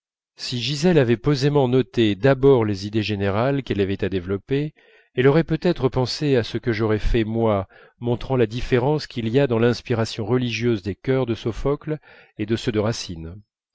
si gisèle avait posément noté d'abord les idées générales qu'elle avait à développer elle aurait peut-être pensé à ce que j'aurais fait moi montrer la différence qu'il y a dans l'inspiration religieuse des chœurs de sophocle et de ceux de racine